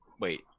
wait